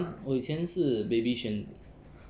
我以前是 baby xuan